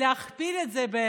להכפיל את זה.